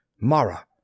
Mara